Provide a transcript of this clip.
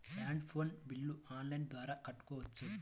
Land phone bill online ద్వారా కట్టుకోవచ్చు?